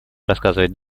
рассказывать